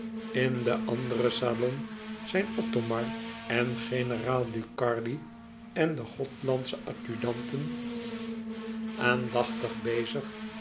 in den anderen salon zijn othomar en generaal ducardi en de gothlandsche adjudanten aandachtig bezig